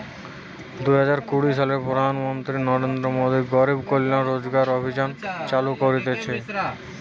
দুই হাজার কুড়ি সালে প্রধান মন্ত্রী নরেন্দ্র মোদী গরিব কল্যাণ রোজগার অভিযান চালু করিছে